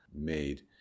made